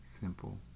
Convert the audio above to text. simple